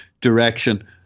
direction